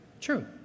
True